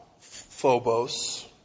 Phobos